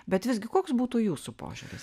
bet visgi koks būtų jūsų požiūris